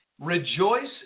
Rejoice